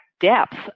depth